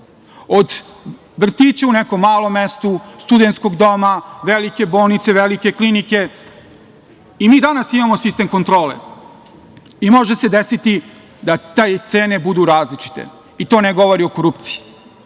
od vrtića u nekom malom mestu, studenskog doma, velike bolnice, velike klinike.I mi danas imamo sistem kontrole i može se desiti da te cene budu različiti i to ne govori o korupciji,